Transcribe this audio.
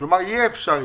כלומר יהיה אפשר.